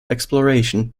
exploration